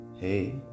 hey